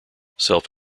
self